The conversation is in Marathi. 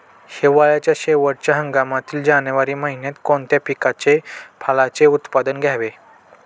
हिवाळ्याच्या शेवटच्या हंगामातील जानेवारी महिन्यात कोणत्या पिकाचे, फळांचे उत्पादन घ्यावे?